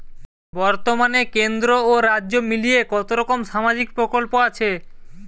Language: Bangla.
বতর্মানে কেন্দ্র ও রাজ্য মিলিয়ে কতরকম সামাজিক প্রকল্প আছে?